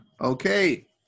Okay